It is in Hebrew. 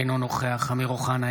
אינו נוכח אמיר אוחנה,